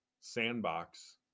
sandbox